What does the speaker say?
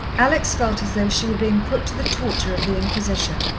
alex felt as though she were being put to the torture of the inquisition,